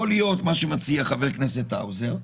יכול להיות מה שמציע חבר הכנסת האוזר,